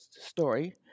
story